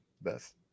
best